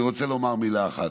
אני רוצה לומר מילה אחת.